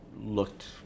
looked